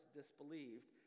disbelieved